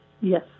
Yes